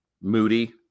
moody